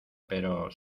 pero